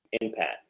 impact